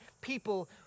people